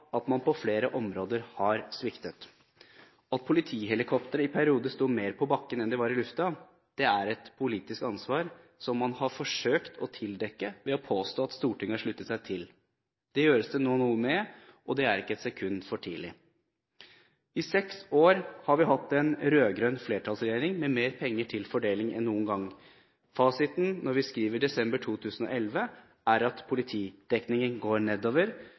at man på flere områder har sviktet. At politihelikopteret i perioder sto mer på bakken enn det var i luften, er et politisk ansvar som man har forsøkt å tildekke ved å påstå at Stortinget har sluttet seg til det. Det gjøres det nå noe med, og det er ikke et sekund for tidlig. I seks år har vi hatt en rød-grønn flertallsregjering, med mer penger til fordeling enn noen gang. Fasiten når vi skriver desember 2011, er at politidekningen går nedover,